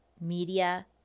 media